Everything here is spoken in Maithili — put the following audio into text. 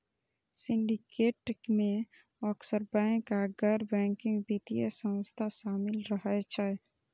सिंडिकेट मे अक्सर बैंक आ गैर बैंकिंग वित्तीय संस्था शामिल रहै छै